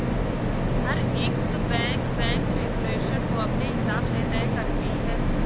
हर एक bank bank regulation को अपने हिसाब से तय करती है